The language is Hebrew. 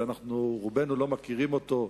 שרובנו לא מכירים אותו,